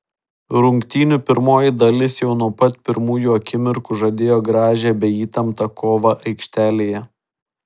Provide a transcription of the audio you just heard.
rungtynių pirmoji dalis jau nuo pat pirmųjų akimirkų žadėjo gražią bei įtemptą kovą aikštelėje